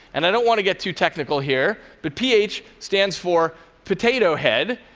and i don't want to get too technical here, but p h. stands for potato head,